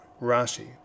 Rashi